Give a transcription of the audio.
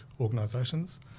organisations